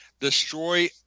destroy